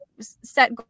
set